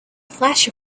flash